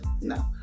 No